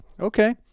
Okay